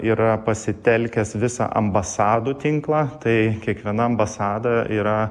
yra pasitelkęs visą ambasadų tinklą tai kiekviena ambasada yra